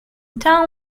town